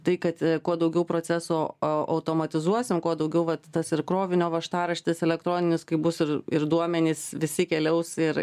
tai kad kuo daugiau proceso a automatizuosim kuo daugiau vat tas ir krovinio važtaraštis elektroninis kaip bus ir ir duomenys visi keliaus ir